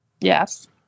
Yes